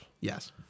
Yes